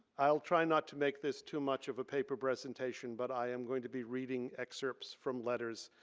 i'll try not to make this too much of a paper presentation but i am going to be reading excerpts from letters.